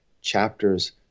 chapters